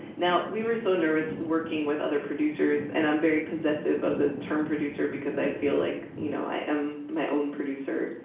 now, we were so nervous working with other producers, and i'm very possessive of the term producer because i feel like, you know i am my own producer,